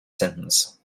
sentence